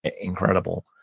incredible